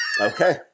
okay